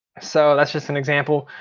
so that's just an example.